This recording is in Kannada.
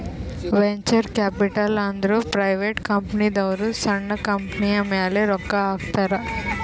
ವೆಂಚರ್ ಕ್ಯಾಪಿಟಲ್ ಅಂದುರ್ ಪ್ರೈವೇಟ್ ಕಂಪನಿದವ್ರು ಸಣ್ಣು ಕಂಪನಿಯ ಮ್ಯಾಲ ರೊಕ್ಕಾ ಹಾಕ್ತಾರ್